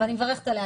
אני מברכת עליה,